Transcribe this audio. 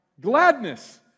Gladness